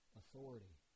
authority